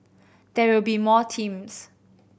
there will be more teams